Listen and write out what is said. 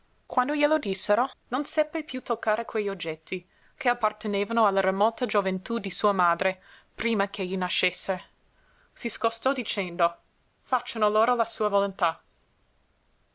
quando glielo dissero non seppe piú toccare quegli oggetti che appartenevano alla remota gioventú di sua madre prima ch'egli nascesse si scostò dicendo facciano loro la sua volontà